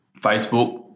Facebook